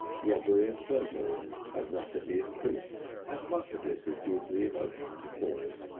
robbery and burglary have rapidly increased, and much of this is due to the emotions of boys.